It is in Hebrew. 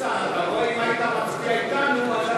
מאיר כהן, יעקב